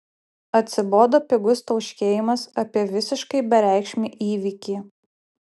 atsibodo pigus tauškėjimas apie visiškai bereikšmį įvykį